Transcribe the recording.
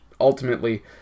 ultimately